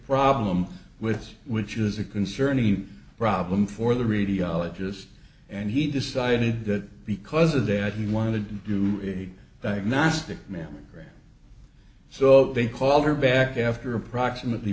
problem with which is a concerning problem for the radiologist and he decided that because of that he wanted to do a diagnostic manual so they called her back after approximately